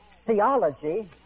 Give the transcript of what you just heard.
theology